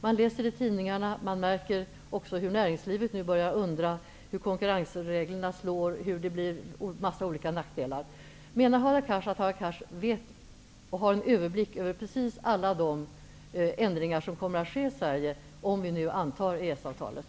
Man läser i tidningarna, och man märker också hur näringslivet nu börjar undra hur konkurrensreglerna slår, och att det blir en mängd olika nackdelar. Menar Hadar Cars att han vet och har en överblick över alla de ändringar som kommer att ske i Sverige om vi nu antar EES-avtalet?